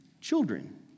children